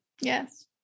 Yes